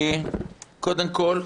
קודם כול,